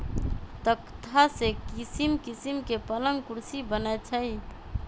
तकख्ता से किशिम किशीम के पलंग कुर्सी बनए छइ